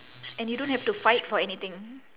and you don't have to fight for anything